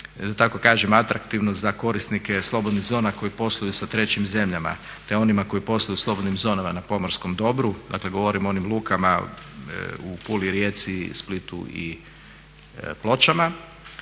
tako kažem atraktivno za korisnike slobodnih zona koji posluju sa trećim zemljama te onima koji posluju u slobodnim zonama na pomorskom dobru. Dakle govorim o onim lukama u Puli, Rijeci, Splitu i Pločama.